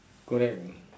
correct